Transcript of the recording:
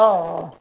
ओ